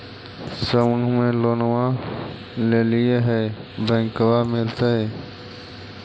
समुह मे लोनवा लेलिऐ है बैंकवा मिलतै?